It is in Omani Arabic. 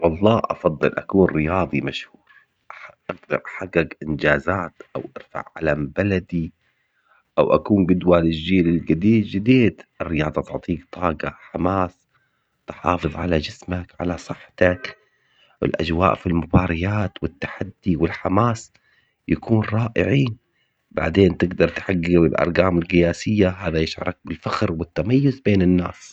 والله افضل اكون رياضي مشهور. حقق انجازات او ارفع علم بلدي. او اكون جدوان الجيل القديم جديد. الرياضة تعطيك طاقة حماس. تحافظ على جسمك على صحتك. الاجواء في المباريات والتحدي والحماس رائعين. بعدين تقدر تحقق الارقام القياسية هذا يشعرك بالفخر والتميز بين الناس